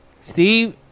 Steve